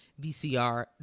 VCR